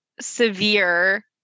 severe